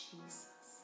Jesus